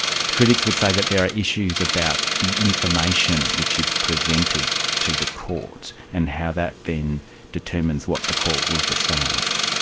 critics would say that there are issues about the information which is presented to the court and how that then determines what the court will decide.